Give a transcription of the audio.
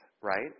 right